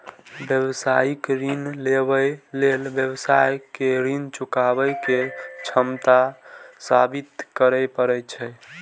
व्यावसायिक ऋण लेबय लेल व्यवसायी कें ऋण चुकाबै के क्षमता साबित करय पड़ै छै